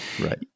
Right